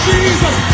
Jesus